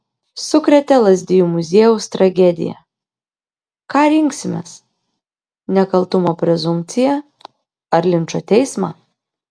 sukrėtė lazdijų muziejaus tragedija ką rinksimės nekaltumo prezumpciją ar linčo teismą